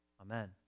amen